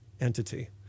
entity